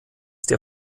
der